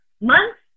months